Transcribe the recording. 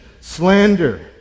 slander